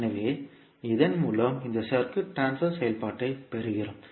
எனவே இதன் மூலம் இந்த சர்க்யூட் ட்ரான்ஸ்பர் செயல்பாட்டைப் பெறுகிறோம்